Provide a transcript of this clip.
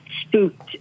spooked